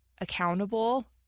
accountable